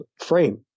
frame